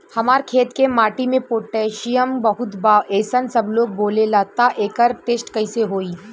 हमार खेत के माटी मे पोटासियम बहुत बा ऐसन सबलोग बोलेला त एकर टेस्ट कैसे होई?